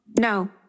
No